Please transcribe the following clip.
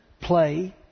play